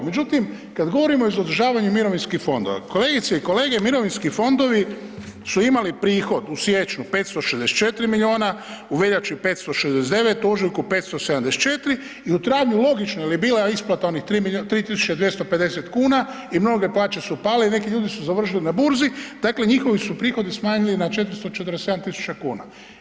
Međutim, kad govorimo za održavanje mirovinskih fondova, kolegice i kolege, mirovinski fondovi su imali prihod u siječnju 564 milijuna, u veljači 569, u ožujku 574 i u travnju, logično, jer je bila isplata onih 3 250 kuna i mnoge plaće su pale i neki ljudi su završili na Burzi, dakle njihovi su prihodi smanjili na 447 tisuća kuna.